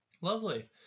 lovely